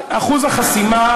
דווקא אחוז חסימה?